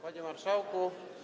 Panie Marszałku!